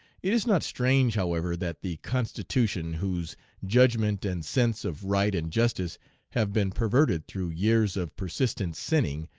it is not strange, however, that the constitution, whose judgment and sense of right and justice have been perverted through years of persistent sinning,